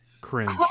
cringe